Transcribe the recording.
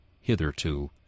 hitherto